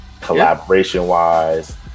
collaboration-wise